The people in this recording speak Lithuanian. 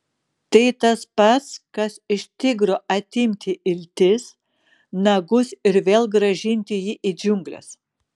tai tas pats kas iš tigro atimti iltis nagus ir vėl grąžinti jį į džiungles